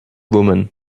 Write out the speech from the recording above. woman